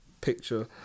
picture